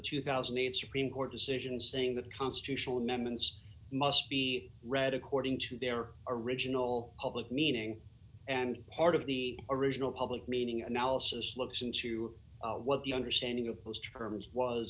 two thousand and eight supreme court decision saying that constitutional amendments must be read according to their original public meeting and part of the original public meaning analysis looks into what the understanding of those terms was